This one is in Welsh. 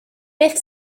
beth